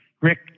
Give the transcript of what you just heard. Rick